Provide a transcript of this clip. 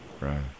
Right